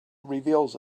reveals